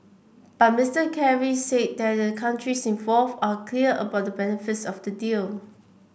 but Mister Kerry said that the countries involved are clear about the benefits of the deal